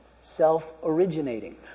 self-originating